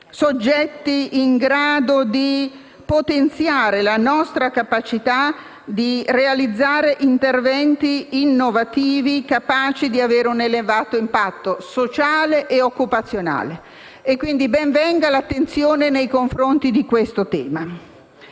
soggetti in grado di potenziare la nostra capacità di realizzare interventi innovativi, capaci di avere un elevato impatto sociale e occupazionale. E, quindi, ben venga l'attenzione nei confronti di questo tema.